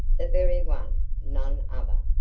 the very one, none other,